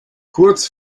kurz